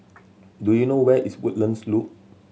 do you know where is Woodlands Loop